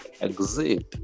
exit